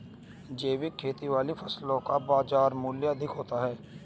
जैविक खेती वाली फसलों का बाजार मूल्य अधिक होता है